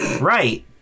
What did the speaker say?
Right